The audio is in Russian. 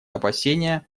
опасения